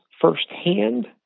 firsthand